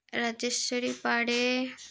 Rajeshwari Pade